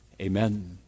Amen